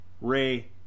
Ray